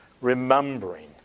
remembering